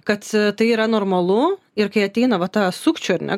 kad tai yra normalu ir kai ateina va ta sukčių ar ne